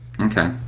Okay